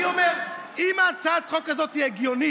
אני אומר שאם הצעת החוק הזאת הגיונית,